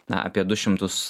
na apie du šimtus